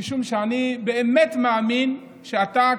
משום שאני באמת מאמין שאתה,